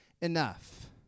enough